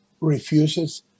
refuses